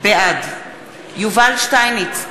בעד יובל שטייניץ,